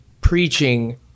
preaching